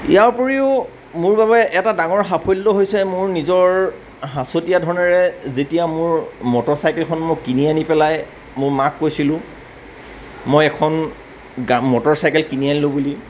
ইয়াৰোপৰিও মোৰ বাবে এটা ডাঙৰ সাফল্য হৈছে মোৰ নিজৰ সাচতীয়া ধনেৰে যেতিয়া মোৰ মটৰ চাইকেলখন মই কিনি আনি পেলাই মোৰ মাক কৈছিলোঁ মই এখন গা মটৰ চাইকেল কিনি আনিলোঁ বুলি